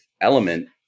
Element